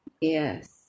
Yes